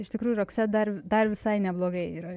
iš tikrųjų rokset dar dar visai neblogai yra